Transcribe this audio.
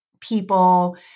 people